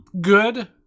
Good